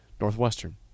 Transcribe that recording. Northwestern